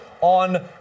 on